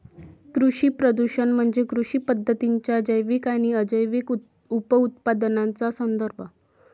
कृषी प्रदूषण म्हणजे कृषी पद्धतींच्या जैविक आणि अजैविक उपउत्पादनांचा संदर्भ